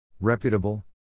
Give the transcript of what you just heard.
reputable